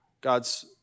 God's